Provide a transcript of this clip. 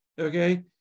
okay